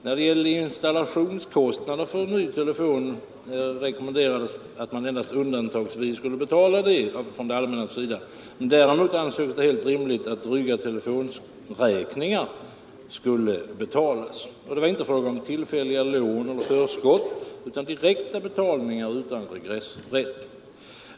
När det gäller installations 163 kostnader för ny telefon rekommenderades att det allmänna endast undantagsvis skulle betala dessa, men däremot ansågs det helt rimligt att dryga telefonräkningar skulle betalas, och det var inte fråga om tillfälliga lån eller förskott, utan om direkta betalningar utan regressrätt.